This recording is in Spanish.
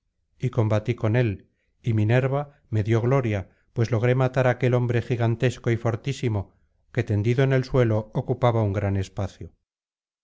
y combatí con él y minerva me dio gloria pues logré matar á aquel hombre gigantesco y fortísimo que tendido en el suelo ocupaba un gran espacio